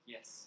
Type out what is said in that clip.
Yes